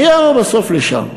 מי יבוא בסוף לשם?